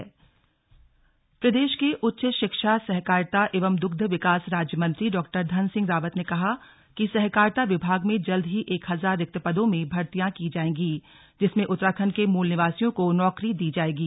slug Dhan Singh Rawat प्रदेश के उच्च शिक्षा सहकारिता एवं दुग्ध विकास राज्य मंत्री डॉ धन सिंह रावत ने कहा कि सहकारिता विभाग में जल्द ही एक हजार रिक्त पदों में भर्तियां की जाएगी जिसमें उत्तराखंड के मूल निवासियों को नौकरी दी जाएंगी